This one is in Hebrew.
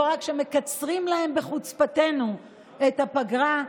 לא רק שאנחנו מקצרים להם בחוצפתנו את הפגרה,